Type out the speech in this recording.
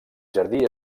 jardí